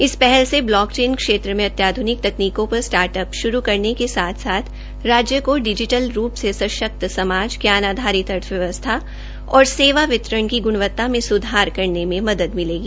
इस पहल से ब्लॉक चेन क्षेत्र में अत्याध्निक तकनीकों पर स्टार्टअप्स श्रू करने के साथ साथ राज्य को डिजिटल रूप से सशक्त समाज ज्ञान आधारित अर्थव्यवस्था और सेवा वितरण की गृणवता में सुधार करने में मदद मिलेगी